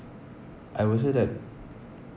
I would say that